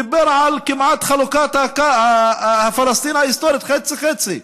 דיבר על כמעט חלוקת פלסטין ההיסטורית חצי חצי,